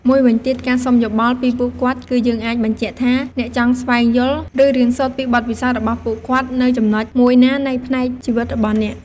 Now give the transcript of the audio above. មួយវិញទៀត ការសុំយោបល់ពីពួកគាត់ គឺយើងអាចបញ្ជាក់ថា អ្នកចង់ស្វែងយល់ ឬរៀនសូត្រពីបទពិសោធន៍របស់ពួកគាត់ នៅចំណុចមួយណានៃផ្នែកជីវិតរបស់អ្នក។